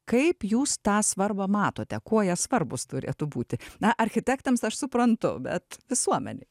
kaip jūs tą svarbą matote kuo jie svarbūs turėtų būti na architektams aš suprantu bet visuomenei